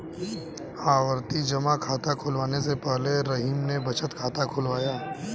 आवर्ती जमा खाता खुलवाने से पहले रहीम ने बचत खाता खुलवाया